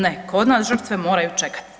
Ne, kod nas žrtve moraju čekati.